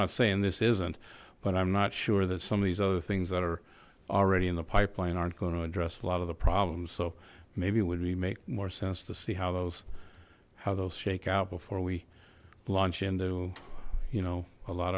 not saying this isn't but i'm not sure that some of these other things that are already in the pipeline aren't going to address a lot of the problems so maybe when we make more sense to see how those how those shake out before we launch into you know a lot